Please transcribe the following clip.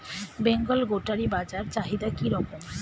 বেঙ্গল গোটারি বাজার চাহিদা কি রকম?